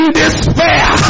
despair